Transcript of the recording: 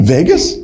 Vegas